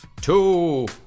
two